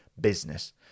business